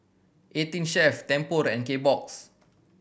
Eighteen Chef Tempur and Kbox